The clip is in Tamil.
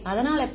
அதனால் எப்படி